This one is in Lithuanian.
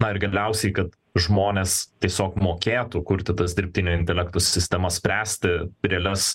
na ir galiausiai kad žmonės tiesiog mokėtų kurti tas dirbtinio intelekto sistemas spręsti realias